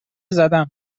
زدم